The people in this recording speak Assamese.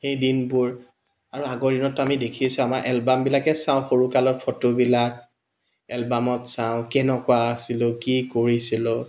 সেই দিনবোৰ আৰু আগৰ দিনতটো আমি দেখিছোঁ আমাৰ এলবামবিলাকে চাওঁ সৰু কালৰ ফটোবিলাক এলবামত চাওঁ কেনেকুৱা আছিলো কি কৰিছিলো